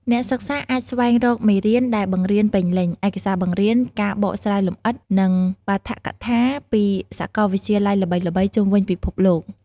អ្នកសិក្សាអាចស្វែងរកមេរៀនដែលបង្រៀនពេញលេញ ឯកសារបង្រៀន ការបកស្រាយលម្អិត និងបាឋកថាពីសាកលវិទ្យាល័យល្បីៗជុំវិញពិភពលោក។